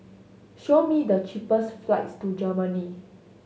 show me the cheapest flights to Germany